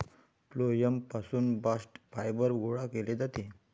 phloem पासून bast fibre गोळा केले जाते